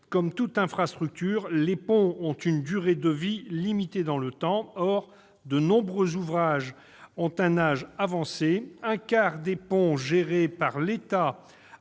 Comme toutes les infrastructures, les ponts ont une durée de vie limitée. Or de nombreux ouvrages ont un âge avancé. Un quart des ponts gérés par l'État